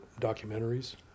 documentaries